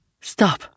Stop